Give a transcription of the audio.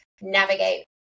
navigate